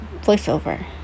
voiceover